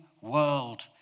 world